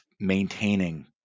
maintaining